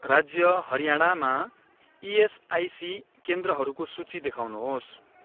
राज्य हरियाणामा इएसआइसी केन्द्रहरूको सूची देखाउनुहोस्